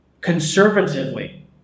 conservatively